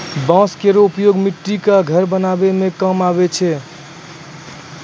बांस केरो उपयोग मट्टी क घरो बनावै म काम आवै छै